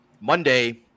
Monday